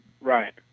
Right